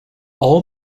all